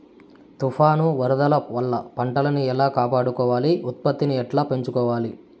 తుఫాను, వరదల వల్ల పంటలని ఎలా కాపాడుకోవాలి, ఉత్పత్తిని ఎట్లా పెంచుకోవాల?